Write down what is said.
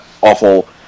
awful